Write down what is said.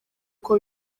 uko